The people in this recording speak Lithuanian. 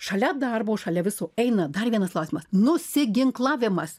šalia darbo šalia viso eina dar vienas klausimas nusiginklavimas